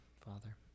Father